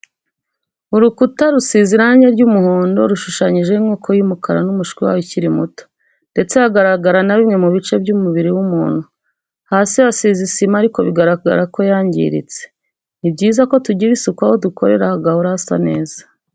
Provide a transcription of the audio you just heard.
Urukuta rusize irangi ry'umuhondo rushushanyijeho inkoko y'umukara n'umushwi wayo ukiri muto, ndetse hagaragaraho na bimwe mu bice by'umubiri w'umuntu, hasi hasize isima ariko bigaragara ko yangiritse, ni byiza ko tugirira isuku aho dukorera hagahora hasa neza